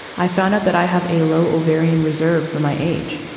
i found out that i have a low ovarian reserve for my age.